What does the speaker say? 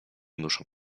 muszą